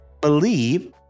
believe